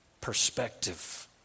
perspective